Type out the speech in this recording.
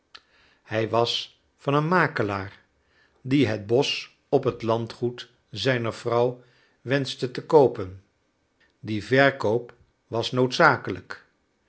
hij was van een makelaar die het bosch op het landgoed zijner vrouw wenschte te koopen die verkoop was noodzakelijk